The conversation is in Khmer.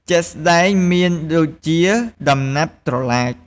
ជាក់់ស្តែងមានដូចជាដំណាប់ត្រឡាច។